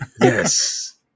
Yes